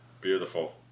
Beautiful